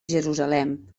jerusalem